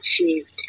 achieved